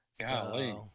Golly